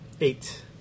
Eight